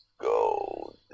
Go